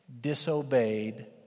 disobeyed